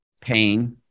Pain